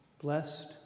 blessed